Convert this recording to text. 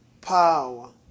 power